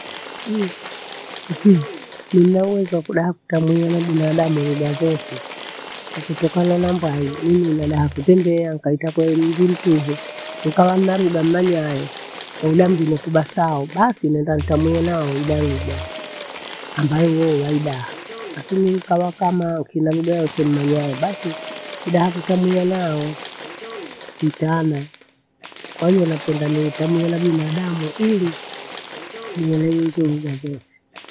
Ukahama sehemu ntu kuondeza marafiki yawengeza ile mda sana. Kwasababu kwahamia hesasa, ewondingwa upate mwenyezi, ukabinda kupata mwenyezi ukaseka natu vitana newenda hoo upate marafiki. Lakini kama waita ungangari daah akupata marafiki wa haraka. Kwahiyo ndugu avumilie kwanza useke na watu vitana, utamwia na watu vitana, nenda hoo hupate uwenyezi. Wakudaha kupata marafiki waka waka hehi yako.